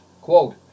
Quote